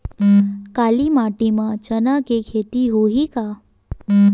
काली माटी म चना के खेती होही का?